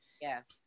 yes